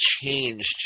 changed